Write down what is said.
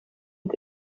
het